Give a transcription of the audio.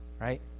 right